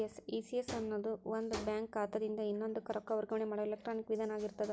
ECS ಅನ್ನೊದು ಒಂದ bank ಖಾತಾದಿನ್ದ ಇನ್ನೊಂದಕ್ಕ ರೊಕ್ಕ ವರ್ಗಾವಣೆ ಮಾಡೊ ಎಲೆಕ್ಟ್ರಾನಿಕ್ ವಿಧಾನ ಆಗಿರ್ತದ